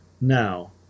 Now